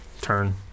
turn